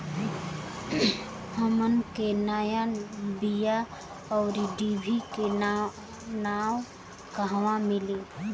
हमन के नया बीया आउरडिभी के नाव कहवा मीली?